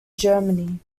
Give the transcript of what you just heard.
germany